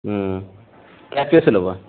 हूँ कैसेसे लेबऽ